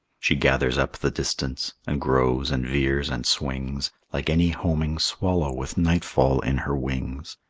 she gathers up the distance, and grows and veers and swings, like any homing swallow with nightfall in her wings.